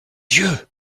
yeux